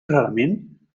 rarament